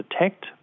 detect